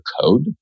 code